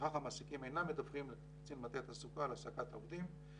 ולפיכך המעסיקים אינם מדווחים לקצין מטה תעסוקה על העסקת עובדים.